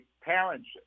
parents